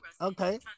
Okay